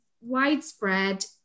widespread